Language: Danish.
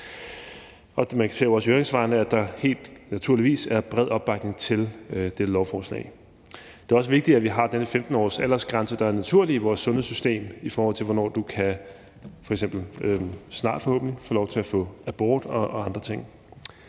forældrene. Man ser også i høringssvarene, at der naturligvis er bred opbakning til dette lovforslag. Det er også vigtigt, at vi har denne 15-årsaldersgrænse, der er naturlig i vores sundhedssystem, i forhold til hvornår du f.eks. – forhåbentlig snart